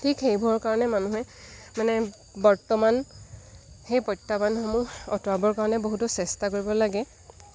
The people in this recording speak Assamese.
ঠিক সেইবোৰৰ কাৰণে মানুহে মানে বৰ্তমান সেই প্ৰত্যাহ্বানসমূহ আঁতৰাবৰ কাৰণে বহুতো চেষ্টা কৰিব লাগে